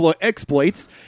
exploits